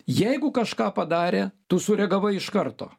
jeigu kažką padarė tu sureagavai iš karto